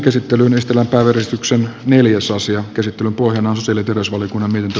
käsittelyn pohjana on sosiaali ja terveysvaliokunnan mietintö